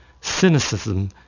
Cynicism